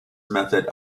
method